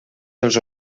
dels